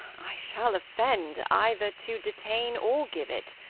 i shall offend, either to detain or give it.